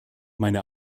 meine